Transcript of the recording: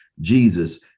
jesus